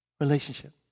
relationship